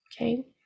okay